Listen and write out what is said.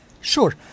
Sure